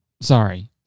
Sorry